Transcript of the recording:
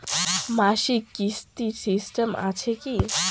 মাসিক কিস্তির সিস্টেম আছে কি?